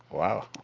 wow.